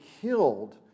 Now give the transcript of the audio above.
killed